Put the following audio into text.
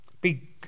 big